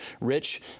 Rich